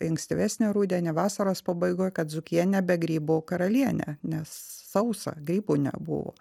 ankstyvesnį rudenį vasaros pabaigoj kad dzūkija nebe grybų karalienė nes sausa grybų nebuvo